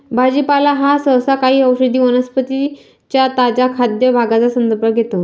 भाजीपाला हा सहसा काही औषधी वनस्पतीं च्या ताज्या खाद्य भागांचा संदर्भ घेतो